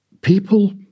People